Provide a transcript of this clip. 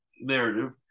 narrative